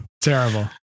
Terrible